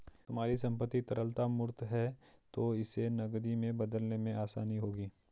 तुम्हारी संपत्ति तरलता मूर्त है तो इसे नकदी में बदलने में आसानी होगी